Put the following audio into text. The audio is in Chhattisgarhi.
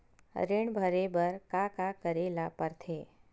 ऋण भरे बर का का करे ला परथे?